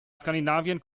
skandinavien